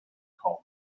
calmly